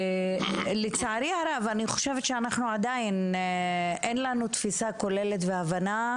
לצערי הרב אני חושבת שעדיין אין לנו תפיסה כוללת והבנה,